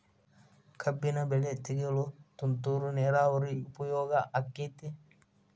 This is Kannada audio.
ಕಬ್ಬಿನ ಬೆಳೆ ತೆಗೆಯಲು ತುಂತುರು ನೇರಾವರಿ ಉಪಯೋಗ ಆಕ್ಕೆತ್ತಿ?